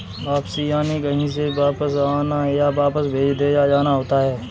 वापसी यानि कहीं से वापस आना, या वापस भेज दिया जाना होता है